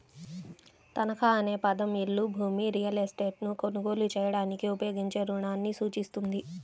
తనఖా అనే పదం ఇల్లు, భూమి, రియల్ ఎస్టేట్లను కొనుగోలు చేయడానికి ఉపయోగించే రుణాన్ని సూచిస్తుంది